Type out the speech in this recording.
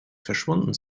verschwunden